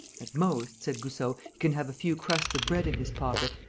at most, said goussot, he can have a few crusts of bread in his pocket,